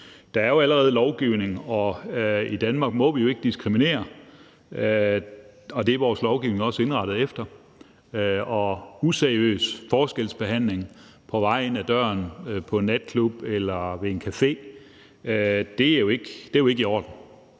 Der er allerede lovgivning, og i Danmark må vi jo ikke diskriminere. Det er vores lovgivning også indrettet efter. Og useriøs forskelsbehandling på vej ind ad døren til en natklub eller en café er jo ikke i orden.